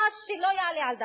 מה שלא יעלה על דעתך,